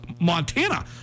Montana